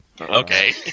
Okay